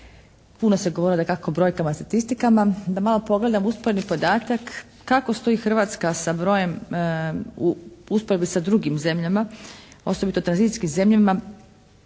puno se govorio dakako o brojkama i statistikama. Da malo pogledamo usporedni podatak kako stoji Hrvatska sa brojem u usporedbi sa drugim zemljama, osobito tranzicijskim zemljama